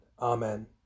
Amen